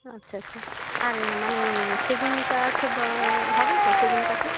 আচ্ছা আচ্ছা আর মানে সেগুন কাঠ বা হবে তো সেগুন কাঠের